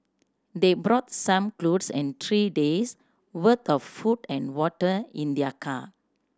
they brought some clothes and three days worth of food and water in their car